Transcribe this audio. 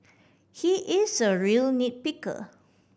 he is a real nit picker